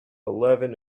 eleven